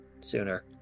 sooner